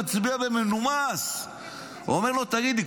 מצביע בצורה מנומסת ואומר לו: תגיד לי,